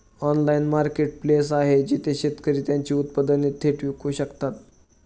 Online marketplace आहे जिथे शेतकरी त्यांची उत्पादने थेट विकू शकतात?